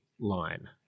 line